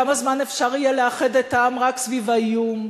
כמה זמן אפשר יהיה לאחד את העם רק סביב האיום?